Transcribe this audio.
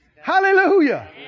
Hallelujah